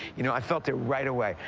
you know, i felt it right away.